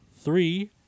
three